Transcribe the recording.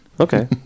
Okay